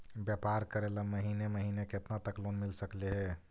व्यापार करेल महिने महिने केतना तक लोन मिल सकले हे?